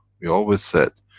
we always said,